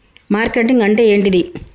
Marketing అంటే ఏంటిది?